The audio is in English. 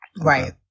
right